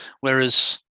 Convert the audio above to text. whereas